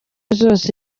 zose